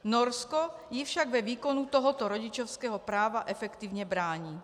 Norsko jí však ve výkonu tohoto rodičovského práva efektivně brání.